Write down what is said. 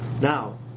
now